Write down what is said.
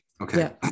Okay